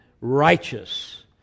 righteous